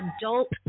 adult